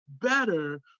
better